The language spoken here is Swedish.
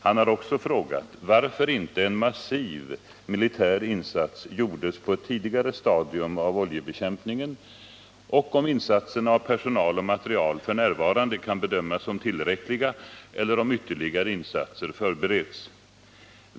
Han har också frågat varför inte en massiv militär insats gjordes på ett tidigare stadium av oljebekämpningen och om insatserna av personal och materiel f. n. kan bedömas som tillräckliga eller om ytterligare insatser förbereds.